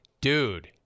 Dude